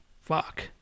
Fuck